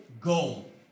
goal